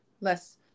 less